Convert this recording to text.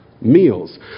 meals